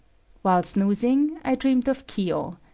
while snoozing, i dreamed of kiyo.